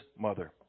mother